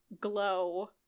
glow